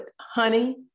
honey